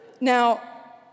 Now